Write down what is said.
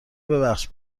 ببخش